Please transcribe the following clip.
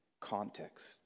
context